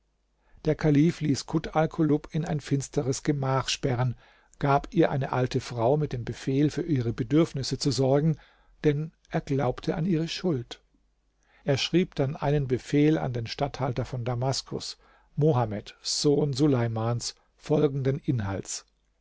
der kalif ließ kut alkulub in ein finsteres gemach sperren gab ihr eine alte frau mit dem befehl für ihre bedürfnisse zu sorgen denn er glaubte an ihre schuld er schrieb dann einen befehl an den statthalter von damaskus mohammed sohn suleimans folgenden inhalts